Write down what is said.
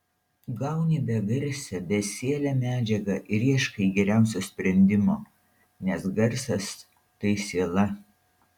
gauni begarsę besielę medžiagą ir ieškai geriausio sprendimo nes garsas tai siela